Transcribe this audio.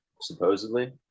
supposedly